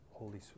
Holy